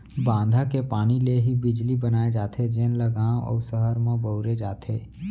बांधा के पानी ले ही बिजली बनाए जाथे जेन ल गाँव अउ सहर म बउरे जाथे